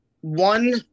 One